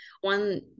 one